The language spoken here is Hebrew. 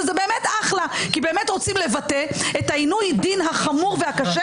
זה באמת אחלה כי באמת רוצים לבטא את עינוי הדין החמור והקשה